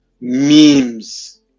memes